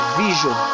vision